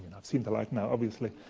i've seen the light now, obviously.